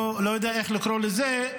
לא יודע איך לקרוא לזה,